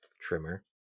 trimmer